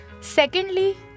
Secondly